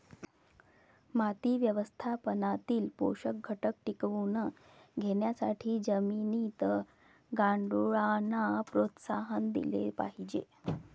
माती व्यवस्थापनातील पोषक घटक टिकवून ठेवण्यासाठी जमिनीत गांडुळांना प्रोत्साहन दिले पाहिजे